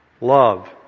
Love